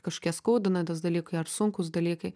kažkokie skaudinantys dalykai ar sunkūs dalykai